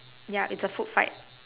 ya it's a food fight